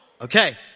Okay